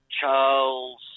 Charles